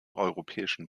europäischen